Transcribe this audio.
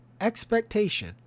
expectation